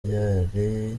ryari